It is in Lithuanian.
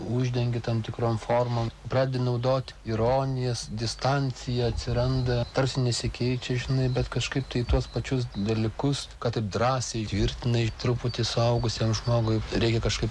uždengė tam tikrom formom pradedi naudot ironijos distanciją atsiranda tarsi nesikeičia žinai bet kažkaip tai tuos pačius dalykus kad taip drąsiai įtvirtina į truputį suaugusiam žmogui reikia kažkaip